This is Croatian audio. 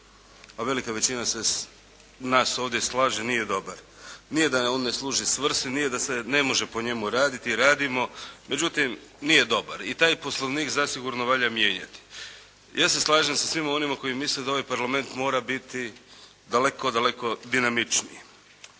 a velika većina se nas ovdje slaže nije dobar. Nije da on ne služi svrsi, nije da se ne može po njemu raditi, radimo, međutim nije dobar i taj poslovnik zasigurno valja mijenjati. Ja se slažem sa svima onima koji misle da ovaj parlament mora biti daleko dinamičniji.